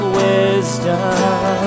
wisdom